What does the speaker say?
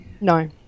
No